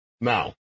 Now